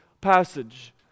passage